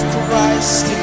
Christ